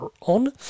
on